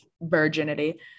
virginity